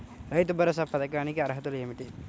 రైతు భరోసా పథకానికి అర్హతలు ఏమిటీ?